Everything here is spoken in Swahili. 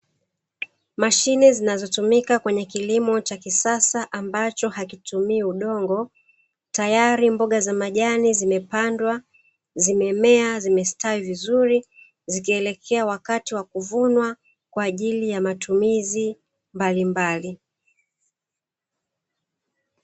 Mashine zinazotumika kwenye kilimo cha kisasa ambacho hakitumii udongo, tayari mboga za majani zimepandwa zimemea zimestawi vizuri zikielekea wakati wa kuvunwa kwaajili ya matumizi mbalimbali.